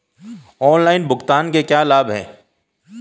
Online भुगतान के क्या लाभ हैं?